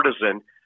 partisan